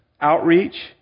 outreach